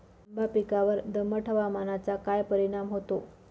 आंबा पिकावर दमट हवामानाचा काय परिणाम होतो?